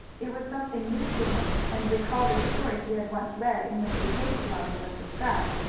it was something new to him and recalled a story he had once read in which a cave dwelling was described.